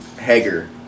Hager